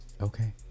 Okay